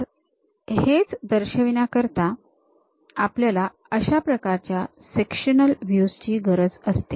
तर हेच दर्शविण्याकरिता आपल्याला अशा प्रकारच्या सेक्शनल व्हयूज ची गरज असते